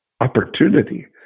opportunity